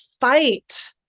fight